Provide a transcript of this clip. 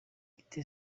ite